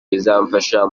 bizamfasha